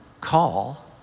call